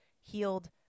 healed